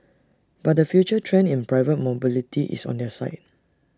but the future trend in private mobility is on their side